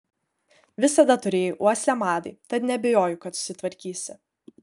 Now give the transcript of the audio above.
visada turėjai uoslę madai tad neabejoju kad susitvarkysi